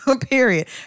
period